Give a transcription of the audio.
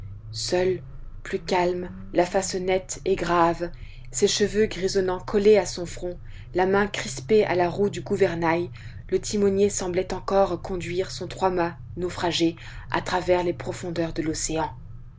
seul plus calme la face nette et grave ses cheveux grisonnants collés à son front la main crispée à la roue du gouvernail le timonier semblait encore conduire son trois-mâts naufragé à travers les profondeurs de l'océan